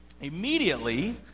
immediately